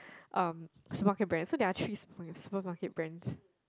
um supermarket brand there are three supermarket supermarket brands